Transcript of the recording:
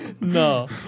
No